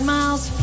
Miles